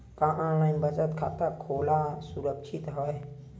का ऑनलाइन बचत खाता खोला सुरक्षित हवय?